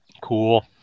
Cool